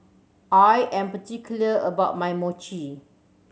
I am particular about my Mochi